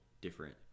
different